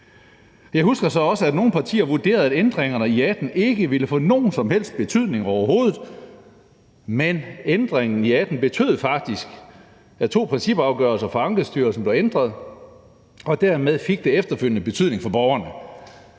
Jeg husker så også, at nogle partier vurderede, at ændringerne i 2018 ikke ville få nogen som helst betydning overhovedet, men ændringerne i 2018 betød faktisk, at to principafgørelser fra Ankestyrelsen blev ændret, og dermed fik det efterfølgende betydning for borgerne.